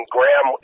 Graham